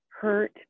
hurt